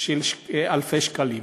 של אלפי שקלים.